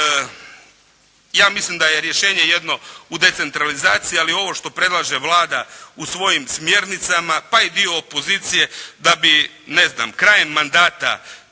ja mislim da je rješenje jedno u decentralizaciji, ali ovo što predlaže Vlada u svojim smjernicama pa i dio opozicije da bi ne znam krajem mandata